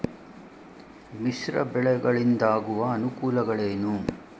ಮಿಶ್ರ ಬೆಳೆಗಳಿಂದಾಗುವ ಅನುಕೂಲಗಳೇನು?